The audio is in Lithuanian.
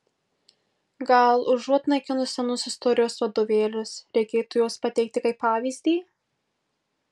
gal užuot naikinus senus istorijos vadovėlius reikėtų juos pateikti kaip pavyzdį